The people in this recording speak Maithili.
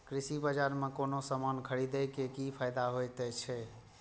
कृषि बाजार में कोनो सामान खरीदे के कि फायदा होयत छै?